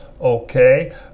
Okay